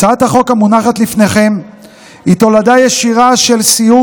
הצעת החוק המונחת לפניכם היא תולדה ישירה של סיור